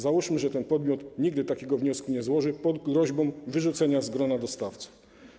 Załóżmy, że ten podmiot nigdy takiego wniosku nie złoży pod groźbą wyrzucenia z grona dostawców.